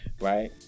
Right